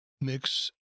mix